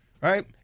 right